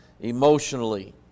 emotionally